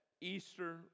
Easter